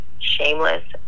shameless